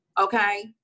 okay